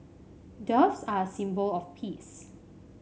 doves are a symbol of peace